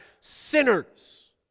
sinners